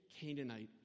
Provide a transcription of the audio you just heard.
Canaanite